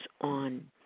on